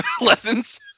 lessons